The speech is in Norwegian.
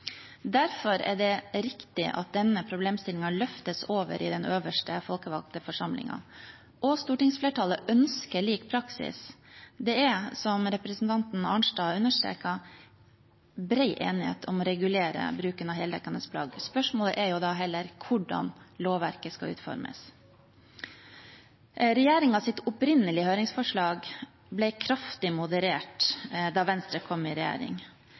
Derfor er det riktig at denne problemstillingen løftes over i den øverste folkevalgte forsamlingen, og stortingsflertallet ønsker lik praksis. Det er, som representanten Arnstad understreket, bred enighet om å regulere bruken av heldekkende plagg. Spørsmålet er heller hvordan lovverket skal utformes. Regjeringens opprinnelige høringsforslag ble kraftig moderert da Venstre kom i regjering,